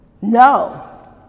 No